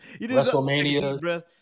WrestleMania